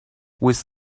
with